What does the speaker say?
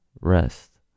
rest